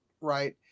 right